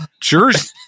Jersey